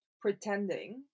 pretending